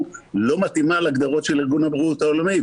לא מתאימה להגדרות של ארגון הבריאות העולמי.